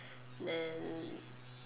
then